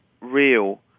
real